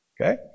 Okay